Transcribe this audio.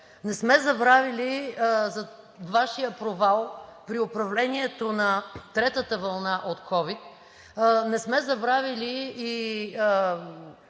Не сме забравили за Вашия провал при управлението на третата вълна от ковид. Не сме забравили и